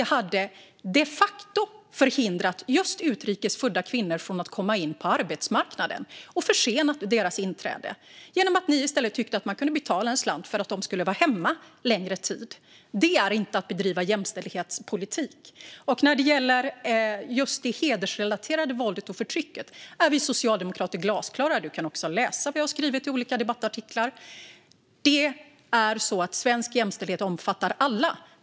Jo, för att det de facto hade förhindrat just utrikes födda kvinnor att komma in på arbetsmarknaden och försenat deras inträde. Ni tyckte i stället att man kunde betala en slant för att de skulle vara hemma längre tid. Det är inte att bedriva jämställdhetspolitik. När det gäller hedersrelaterat våld och förtryck är vi socialdemokrater glasklara. Du kan också läsa vad jag har skrivit i olika debattartiklar. Svensk jämställdhet omfattar alla.